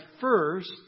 first